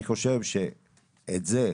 אני חושב שאת זה,